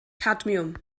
cadmiwm